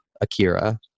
Akira